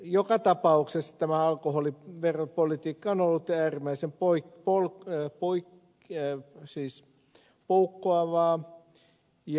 joka tapauksessa tämä alkoholiveropolitiikka on ollut äärimmäisen poika paul klee poikkeaa siis poukkoavaa ja epäjohdonmukaista